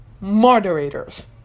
moderators